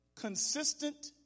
consistent